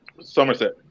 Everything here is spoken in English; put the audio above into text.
Somerset